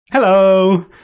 Hello